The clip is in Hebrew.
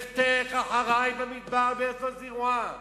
לכתך אחרי במדבר בארץ לא זרועה.